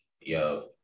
yo